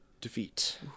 defeat